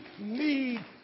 need